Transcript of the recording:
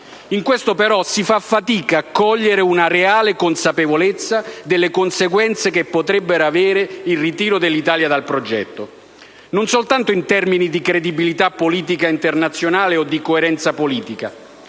In questo, però, si fa fatica a cogliere una reale consapevolezza delle conseguenze che potrebbe avere il ritiro dell'Italia dal progetto, non soltanto in termini di credibilità politica internazionale o di coerenza del